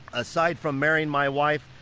aside from marrying my wife,